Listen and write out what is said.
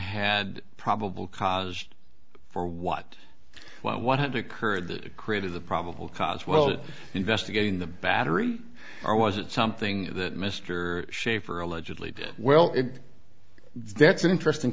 had probable cause for what what had occurred that created the probable cause well that investigating the battery or was it something that mr shafer allegedly did well it that's an interesting